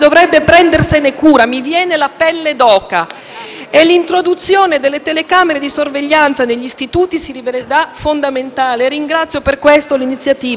L'introduzione delle telecamere di sorveglianza negli istituti si rivelerà fondamentale e ringrazio per questo l'iniziativa della nostra collega Gabriella Giammanco.